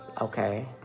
Okay